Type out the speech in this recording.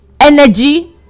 energy